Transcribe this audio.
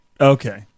okay